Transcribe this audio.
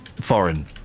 foreign